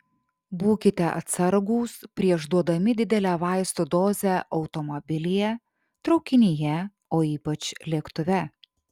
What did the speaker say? būkite atsargūs prieš duodami didelę vaistų dozę automobilyje traukinyje o ypač lėktuve